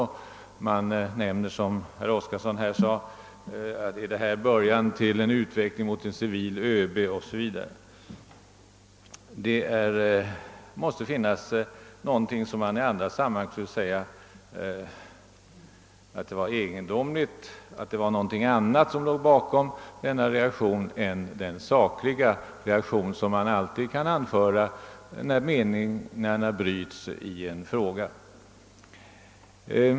Herr Oskarson frågade exempelvis om detta är början till en utveckling mot civil ÖB. I andra sammanhang skulle man säga att debatten är så egendomlig att någonting annat kanske ligger bakom denna reaktion än den sakliga kritik som alltid kan finnas, då meningarna bryts i en fråga.